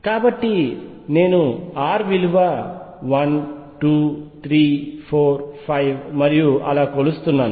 కాబట్టి నేను r విలువ 1 2 3 4 5 మరియు అలా కొలుస్తున్నాను